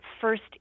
first